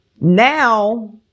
now